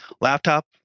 laptop